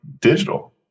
digital